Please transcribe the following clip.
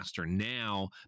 now